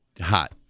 hot